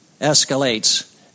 escalates